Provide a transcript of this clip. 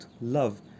love